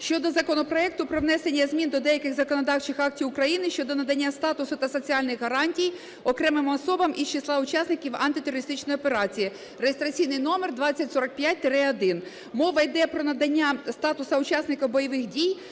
щодо законопроекту про внесення змін до деяких законодавчих актів України щодо надання статусу та соціальних гарантій окремим особам із числа учасників антитерористичної операції (реєстраційний номер 2045-1). Мова йде про надання статусу учасника бойових дій